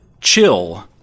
chill